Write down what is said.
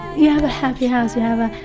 you have a happy house, you have a,